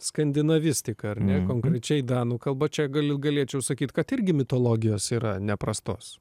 skandinavistika ar ne konkrečiai danų kalba čia gali galėčiau sakyt kad irgi mitologijos yra neprastos